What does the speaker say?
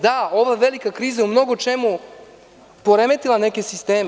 Da, ova velika kriza je u mnogo čemu poremetila neke sisteme.